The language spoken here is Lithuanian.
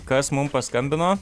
kas mum paskambino